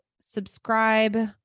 subscribe